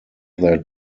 their